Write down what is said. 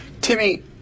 Timmy